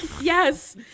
yes